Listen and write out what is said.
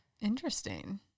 Interesting